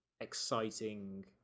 exciting